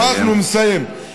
אני מסיים.